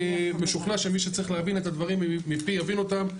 אני משוכנע שמי שצריך להבין את הדברים מפי יבין אותם,